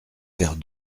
vers